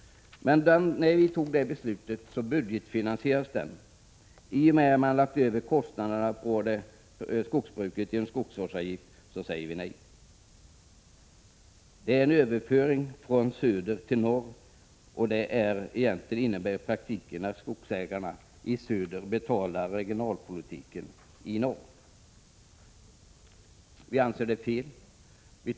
När vi fattade beslutet om detta stöd var avsikten att det skulle budgetfinansieras. I och med att kostnaderna genom skogsvårdsavgifterna lagts över på skogsbruket säger vi nej. Det är en överföring av pengar från söder till norr. Det innebär i praktiken att skogsägarna i söder betalar regionalpolitiken i norr. Vi anser att detta är fel.